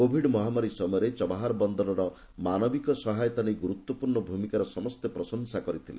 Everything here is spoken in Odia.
କୋଭିଡ ମହାମାରୀ ସମୟରେ ଚବାହାର ବନ୍ଦରର ମାନବିକ ସହାୟତା ନେଇ ଗୁରୁତ୍ୱପୂର୍ଣ୍ଣ ଭୂମିକାର ସମସ୍ତ ପ୍ରଶଂସା କରିଥିଲେ